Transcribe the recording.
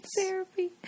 therapy